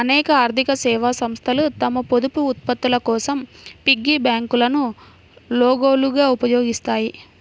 అనేక ఆర్థిక సేవా సంస్థలు తమ పొదుపు ఉత్పత్తుల కోసం పిగ్గీ బ్యాంకులను లోగోలుగా ఉపయోగిస్తాయి